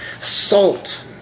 salt